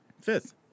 Fifth